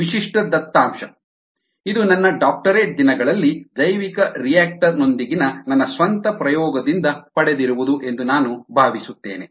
ಇದು ವಿಶಿಷ್ಟ ದತ್ತಾಂಶ ಇದು ನನ್ನ ಡಾಕ್ಟರೇಟ್ ದಿನಗಳಲ್ಲಿ ಜೈವಿಕರಿಯಾಕ್ಟರ್ ನೊಂದಿಗಿನ ನನ್ನ ಸ್ವಂತ ಪ್ರಯೋಗದಿಂದ ಪಡೆದಿರುವುದು ಎಂದು ನಾನು ಭಾವಿಸುತ್ತೇನೆ